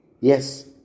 Yes